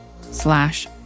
slash